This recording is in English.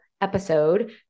episode